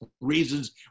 reasons